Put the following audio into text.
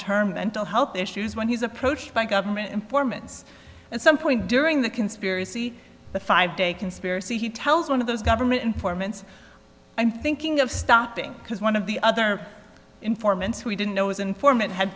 term mental health issues when he was approached by government informants at some point during the conspiracy the five day conspiracy he tells one of those government informants i'm thinking of stopping because one of the other informants who didn't know was an informant had